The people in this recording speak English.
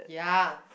ya